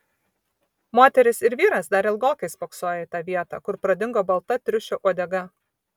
moteris ir vyras dar ilgokai spoksojo į tą vietą kur pradingo balta triušio uodega